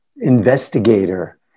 investigator